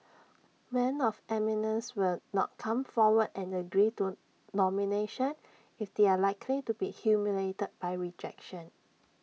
men of eminence will not come forward and agree to nomination if they are likely to be humiliated by rejection